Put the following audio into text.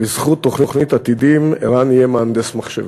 בזכות תוכנית "עתידים" ערן יהיה מהנדס מחשבים.